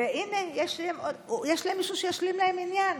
והינה יש להם מישהו שישלים להם מניין.